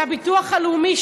לביטוח הלאומי,